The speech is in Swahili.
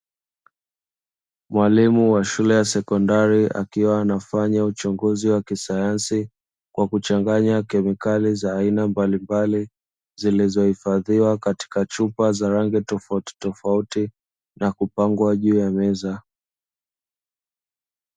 Mwalimu wa shule ya sekondari akiwa anafanya uchunguzi wa kisayansi kwa kuchanganya kemikali za aina mbalimbali zilizoifadhiwa katika chupa za rangi tofautitofauti na kupangwa juu ya meza.